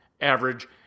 average